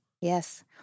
Yes